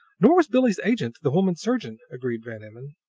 nor was billie's agent, the woman surgeon, agreed van emmon,